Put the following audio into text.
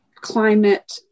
climate